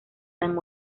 tan